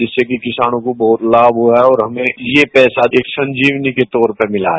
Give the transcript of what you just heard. जिससे कि किसानों को बहुत लाम हुआ और हमें यह पैसा एक संजीवनी के तौर पर मिला है